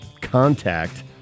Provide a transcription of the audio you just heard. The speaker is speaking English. contact